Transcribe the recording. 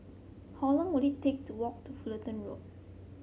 how long will it take to walk to Fullerton Road